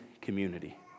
community